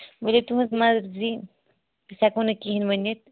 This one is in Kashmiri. ولو تُہٕنٛز مرضی أسۍ ہیٚکو نہٕ کِہیٖنۍ ؤنِتھ